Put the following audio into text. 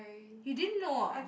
you didn't know ah